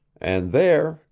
and there,